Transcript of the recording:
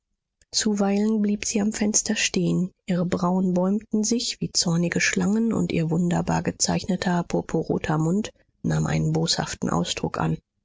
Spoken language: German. zuweilen blieb sie am fenster stehen ihre brauen bäumten sich wie zornige schlangen und ihr wunderbar gezeichneter purpurroter mund nahm einen boshaften ausdruck an